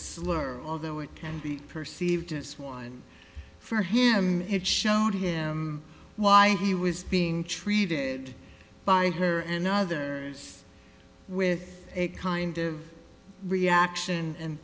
slur although it can be perceived as one for him it showed him why he was being treated by her and others with a kind of reaction and